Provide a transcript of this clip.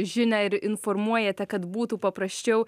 žinią ir informuojate kad būtų paprasčiau